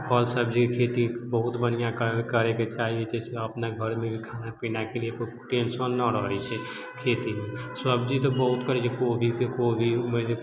आ फल सब्जीके खेती बहुत बढ़िआँ करैके चाही जैसे अपना घरमे खाना पीनाके लिए टेंशन नहि रहैत छै खेतीमे सब्जी तऽ बहुत करैत छियै कोबीके कोबी